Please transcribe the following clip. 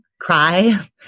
cry